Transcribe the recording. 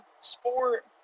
sport –